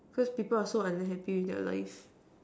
cause people are so unhappy with their life